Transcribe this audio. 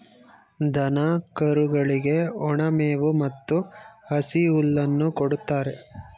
ದನ ಕರುಗಳಿಗೆ ಒಣ ಮೇವು ಮತ್ತು ಹಸಿ ಹುಲ್ಲನ್ನು ಕೊಡುತ್ತಾರೆ